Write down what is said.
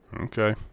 Okay